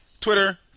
Twitter